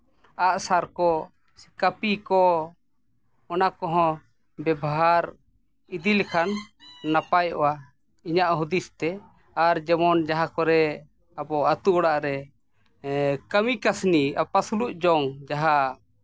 ᱟᱜᱥᱟᱨ ᱠᱚ ᱠᱟᱹᱯᱤ ᱠᱚ ᱚᱱᱟ ᱠᱚᱦᱚᱸ ᱵᱮᱵᱷᱟᱨ ᱤᱫᱤ ᱞᱮᱠᱷᱟᱱ ᱱᱟᱯᱟᱭᱚᱜᱼᱟ ᱤᱧᱟᱹᱜ ᱦᱩᱫᱤᱥ ᱛᱮ ᱟᱨ ᱡᱮᱢᱚᱱ ᱡᱟᱦᱟᱸ ᱠᱚᱨᱮ ᱟᱵᱚ ᱟᱹᱛᱩ ᱚᱲᱟᱜ ᱨᱮ ᱠᱟᱹᱢᱤ ᱠᱟᱹᱥᱱᱤ ᱟᱯᱟᱥᱩᱞᱩᱜ ᱡᱚᱝ ᱡᱟᱦᱟᱸ